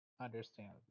understand